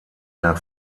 mehr